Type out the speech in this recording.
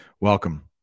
Welcome